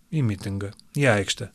į mitingą į aikštę